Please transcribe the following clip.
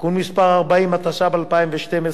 (תיקון מס' 40), התשע"ב 2012,